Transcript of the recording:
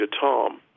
Tom